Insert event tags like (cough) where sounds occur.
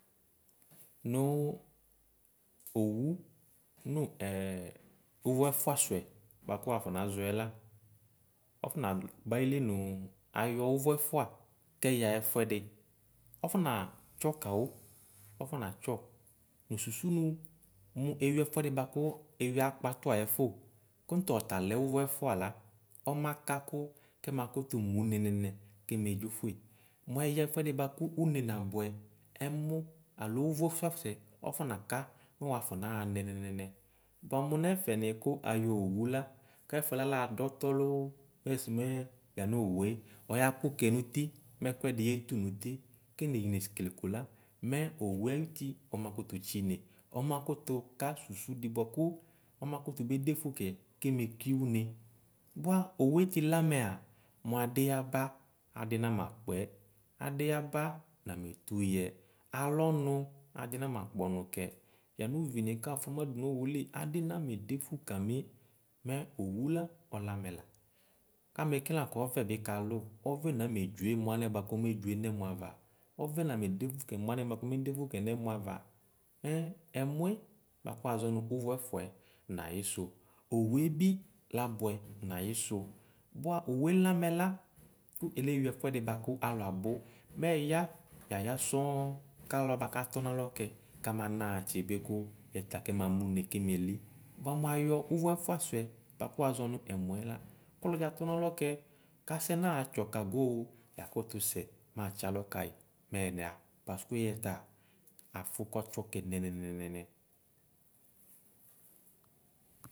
Nʋ owʋ (hesitation) uvʋ ɛfuasʋɛ bʋakʋ wakɔ nazɔɛ la ɔfɔnaba ayrli nʋ ayɔ ʋvʋ ɛfʋa kɛyaxa ɛfʋɛdi ɔifɔ natsɔ kawʋ ɔfɔmatsɔ nʋ sʋsʋ nʋ mʋ eur ɛfuɛdi bʋakʋ eur akpatu ayɛfo kofo ɔta lɛ uvʋ ɛfʋa la ɔmaka kʋ kɛmakʋtʋ mʋ ʋne nɛnɛnɛ kem dzofʋe mʋ ɛyaxɛfʋɛdi bʋakʋ une nabʋɛ ɛmʋ alo ʋvʋ ɛfʋa sʋɛ ɔfɔ naka mʋ wa afɔ naxa nɛnɛnɛ bʋa mʋ ɛfɛ ni kʋ ayɔ owʋ la kɛfʋɛ lalado ɔtɔ lo ɛsʋ mɛ yanowue ɔya kʋkɛ nʋti mɛkʋ di yetʋ noti ɛnaye nekele kola mɛ owʋe ayʋti ɔmakʋtʋ tsine ɔmakʋtʋ ka sʋsʋdi bʋakʋ ɔmatʋtʋ bedefʋ kɛ kɛmeki one bʋa awʋe tsilɛ amɛ mʋ adi yaba adi namakpɛ adiyaba nametʋ yɛ alʋ ɔnʋ adi namakpɔ ɔni kɛ yanʋvini kafʋama dʋnʋ owili adi name defʋ kam mɛ owʋ la ɔlɛ amɛ la amɛke lakʋ ɔvɛbi kalʋ ɔvɛ namedzoe mʋ alɛ komedzoe nɛmɔ ava ɔvɛ name defʋ kɛ mʋ alɛnɛ ɔmedfʋ kɛ nɛmɔ ava ɛɛ ɛmɔɛ bʋakʋ wazɔ nʋ ʋvʋ ɛfʋɛ nayisʋ ɔwʋebi abʋɛ nayisu bʋa owe lɛ amɛla ko ɛlewi ɛfuɛdi bʋakʋ alʋ abʋ mɛ ɛya yaya sɔŋ kalʋ wa bʋa kʋ atɔ nʋ alɔkɛ kama naxaa tibiko yɛta kɛmamʋ ʋne kemele bʋa mʋ ayɔ ʋvʋ ɛfuasʋɛ bʋakʋ wazɔnʋ ɛmɔɛla kʋ ɔlɔdi atɔ nalɔ kɛ kasɛ natsɔ ka goo yakʋtʋsɛ matsali kayi mɛyɛ yaxa paske yɛta afʋ kɔtsɔ kɛ nɛnɛnɛ.